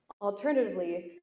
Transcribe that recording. Alternatively